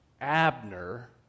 Abner